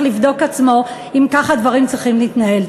לבדוק את עצמו אם כך הדברים צריכים להתנהל.